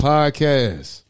Podcast